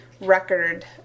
record